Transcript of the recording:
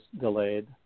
delayed